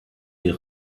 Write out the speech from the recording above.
der